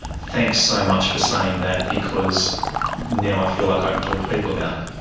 thanks so much for saying that, because now i feel like i can talk to people about it.